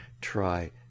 try